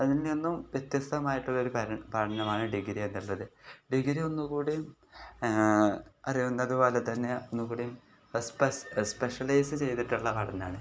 അതിൽ നിന്നും വ്യത്യസ്തമായിട്ടുള്ളൊരു പര പഠനമാണ് ഡിഗ്രി എന്നുള്ളത് ഡിഗ്രി ഒന്നു കൂടിയും അറിയുന്നത്തു പോലെ തന്നെ ഒന്നു കൂടിയും സ്പെ സ്പെഷ്യലൈസ് ചെയ്തിട്ടുള്ള പഠനമാണ്